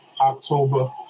October